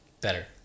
better